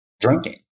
drinking